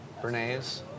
Bernays